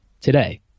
today